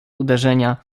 uderzenia